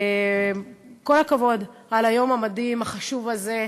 כל הכבוד על היום המדהים, החשוב הזה,